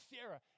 Sarah